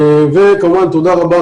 כמובן תודה רבה.